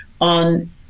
on